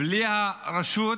בלי הרשות,